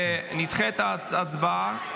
נדחה את ההצבעה,